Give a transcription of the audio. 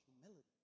humility